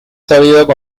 sabido